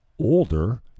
older